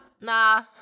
Nah